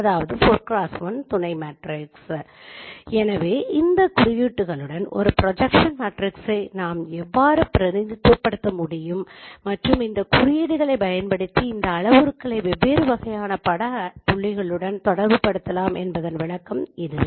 அதாவது 4x1 துணை matrix எனவே இந்த குறியீடுகளுடன் ஒரு திட்ட மேட்ரிக்ஸை நாம் எவ்வாறு பிரதிநிதித்துவப்படுத்த முடியும் மற்றும் இந்த குறியீடுகளைப் பயன்படுத்தி இந்த அளவுருக்களை வெவ்வேறு வகையான பட புள்ளிகளுடன் தொடர்புபடுத்தலாம் என்பதன் விளக்கம் இதுவே